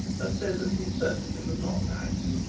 and said that he certainly was not nice.